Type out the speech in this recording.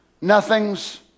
nothings